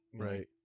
Right